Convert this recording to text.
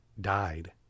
died